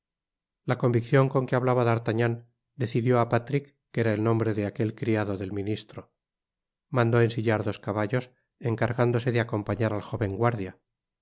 la conviccion con que hablaba d'artagnan decidió á patrik que era el nombre de aquel criado del ministro mandó ensillar dos caballos encargándose de acompañar al jóven guardia